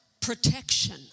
protection